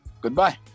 goodbye